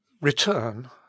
Return